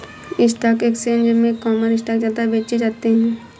stock exchange में common stock ज्यादा बेचे जाते है